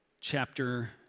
chapter